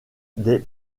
des